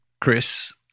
Chris